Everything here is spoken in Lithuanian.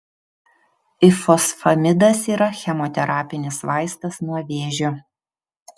ifosfamidas yra chemoterapinis vaistas nuo vėžio